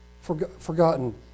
forgotten